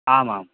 आमाम्